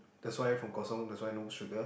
that's why from kosong that's why no sugar